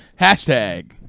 Hashtag